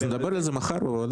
אז נדבר על זה מחר בוועדת כספים.